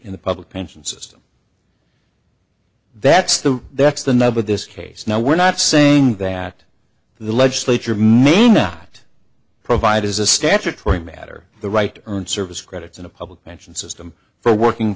in the public pension system that's the that's the nub of this case now we're not saying that the legislature may not provide as a statutory matter the right on service credits in a public pension system for working